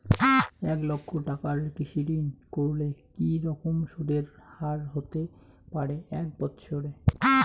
এক লক্ষ টাকার কৃষি ঋণ করলে কি রকম সুদের হারহতে পারে এক বৎসরে?